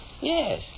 Yes